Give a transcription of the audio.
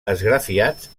esgrafiats